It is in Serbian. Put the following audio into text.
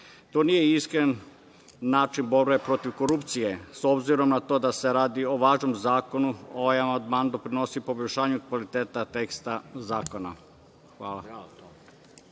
To nije iskren način borbe protiv korupcije.S obzirom na to da se radi o važnom zakonu, ovaj amandman doprinosi poboljšanju kvaliteta teksta zakona. Hvala.